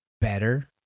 better